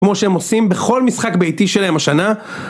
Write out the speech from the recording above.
כמו שהם עושים בכל משחק ביתי שלהם השנה